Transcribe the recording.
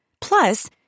Plus